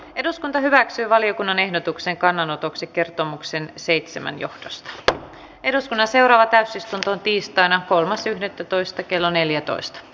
eduskunta hyväksyi valiokunnan ehdotuksen kannanotoksi kertomuksen seitsemän ja tästä eduskunnan seuraava täysistunto tiistaina kolmas yhdettätoista kello neljätoista